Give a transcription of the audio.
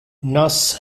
nos